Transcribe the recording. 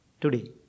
Today